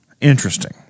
Interesting